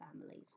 families